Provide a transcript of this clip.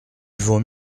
vaut